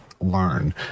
learn